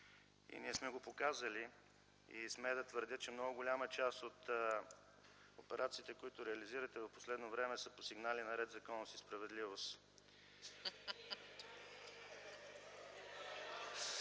и ние сме го показали. Смея да твърдя, че много голяма част от операциите, които реализирате в последно време, са по сигнали на „Ред, законност и справедливост”.